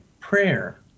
prayer